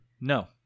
No